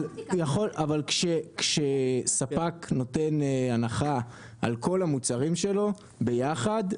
אבל כשספק נותן הנחה על כל המוצרים שלו, ביחד,